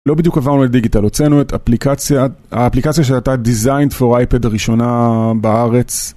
לא בדיוק עברנו את דיגיטל, הוצאנו את אפליקציה, האפליקציה שהייתה דיזיינד פור אייפד הראשונה בארץ.